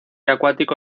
acuático